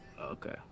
Okay